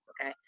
okay